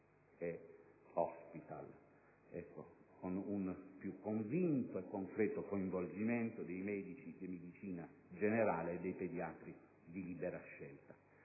*hospital*), con un più convinto e concreto coinvolgimento dei medici di medicina generale e dei pediatri di libera scelta.